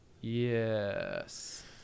Yes